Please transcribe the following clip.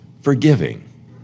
forgiving